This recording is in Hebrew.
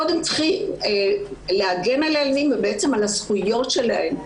קודם צריכים להגן על הילדים ובעצם על הזכויות שלהם.